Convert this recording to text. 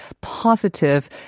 positive